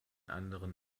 anderen